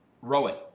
Rowan